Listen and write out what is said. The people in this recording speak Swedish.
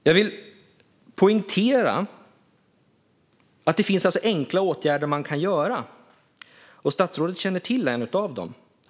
Jag vill poängtera att det alltså finns enkla åtgärder man kan vidta. Statsrådet känner till en av dessa.